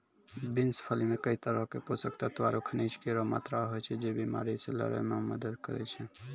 beans फली मे कई तरहो क पोषक तत्व आरु खनिज केरो मात्रा होय छै, जे बीमारी से लड़ै म मदद करै छै